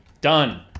Done